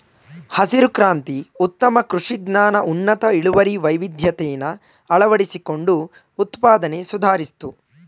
ಹಸಿರು ಕ್ರಾಂತಿ ಉತ್ತಮ ಕೃಷಿ ಜ್ಞಾನ ಉನ್ನತ ಇಳುವರಿ ವೈವಿಧ್ಯತೆನ ಅಳವಡಿಸ್ಕೊಂಡು ಉತ್ಪಾದ್ನೆ ಸುಧಾರಿಸ್ತು